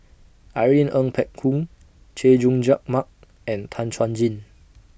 Irene Ng Phek Hoong Chay Jung Jun Mark and Tan Chuan Jin